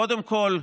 קודם כול,